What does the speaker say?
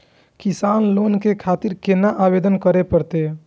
किसान लोन के खातिर केना आवेदन करें परतें?